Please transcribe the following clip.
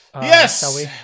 yes